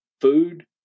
food